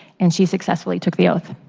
and she successfully took the oath.